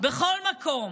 בכל מקום.